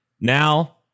Now